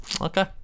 Okay